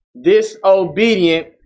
disobedient